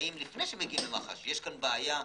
לפני שמגיעים למח"ש יש בעיה בעיה?